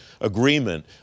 agreement